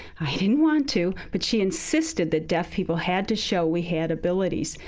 i didn't want to, but she insisted that deaf people had to show we had abilities.